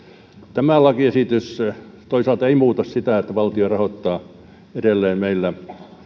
tämä lakiesitys toisaalta ei muuta sitä että valtio rahoittaa edelleen meillä